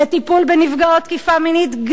לטיפול בנפגעות תקיפה מינית,